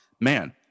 man